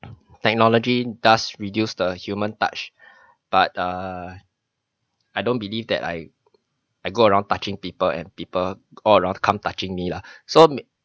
technology does reduce the human touch but err I don't believe that I I go around touching people and people all around come touching me lah so